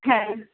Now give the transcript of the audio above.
হ্যাঁ